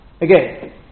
Again